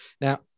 Now